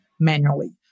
Manually